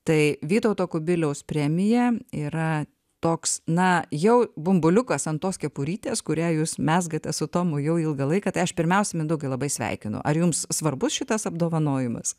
tai vytauto kubiliaus premija yra toks na jau bumbuliukas ant tos kepurytės kurią jūs mezgate su tomu jau ilgą laiką tai aš pirmiausia mindaugai labai sveikinu ar jums svarbus šitas apdovanojimas